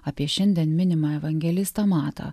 apie šiandien minimą evangelistą matą